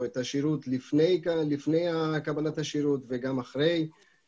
את השירות לפני קבלת השירות וגם אחרי קבלת השירות.